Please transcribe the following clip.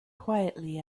quietly